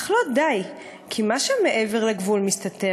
/ אך לא די, כי מה שם מעבר לגבול מסתתר?